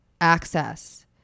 access